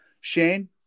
Shane